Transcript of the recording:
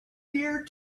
year